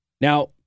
Now